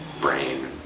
brain